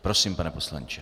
Prosím, pane poslanče.